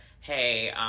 hey